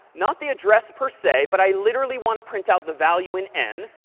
not the address per se, but i literally want to print out the value in n,